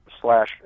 slash